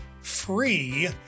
free